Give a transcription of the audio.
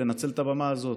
לנצל את הבמה הזאת,